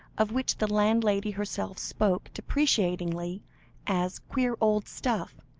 of which the landlady herself spoke deprecatingly, as queer old stuff,